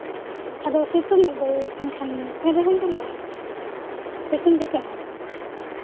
ᱟᱫᱚ ᱥᱮᱛᱳᱝ ᱮᱜ ᱫᱚᱭ ᱮᱱᱠᱷᱟᱱ ᱮᱱᱨᱮᱦᱚᱸᱧ ᱫᱩᱞᱟᱜᱼᱟ ᱥᱮᱛᱳᱝ ᱡᱚᱠᱷᱚᱡ ᱦᱚᱸ